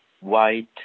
white